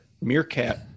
meerkat